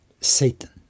Satan